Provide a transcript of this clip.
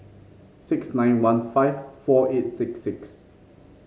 six nine one five four eight six six